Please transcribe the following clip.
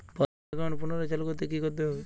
বন্ধ একাউন্ট পুনরায় চালু করতে কি করতে হবে?